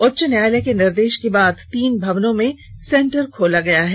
उच्च न्यायालय के निर्देश के बाद तीन भवनों में सेंटर खोला गया है